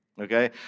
okay